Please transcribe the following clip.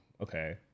okay